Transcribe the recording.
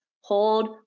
Hold